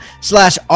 slash